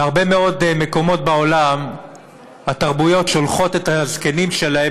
בהרבה מאוד תרבויות בעולם שולחים את הזקנים שלהם